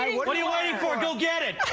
what are you waiting for? go get it!